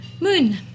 Moon